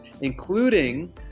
including